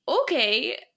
Okay